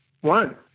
one